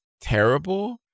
terrible